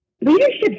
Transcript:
Leadership